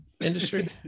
industry